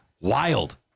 Wild